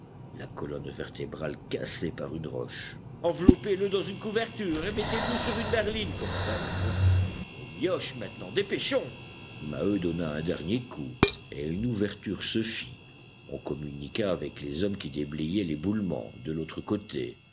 la colonne vertébrale cassée par une roche enveloppez le dans une couverture et mettez-le sur une berline commanda le porion au mioche maintenant dépêchons maheu donna un dernier coup et une ouverture se fit on communiqua avec les hommes qui déblayaient l'éboulement de l'autre côté